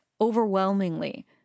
overwhelmingly